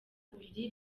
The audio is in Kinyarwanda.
buriri